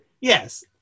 Yes